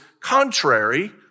contrary